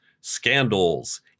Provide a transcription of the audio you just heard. scandals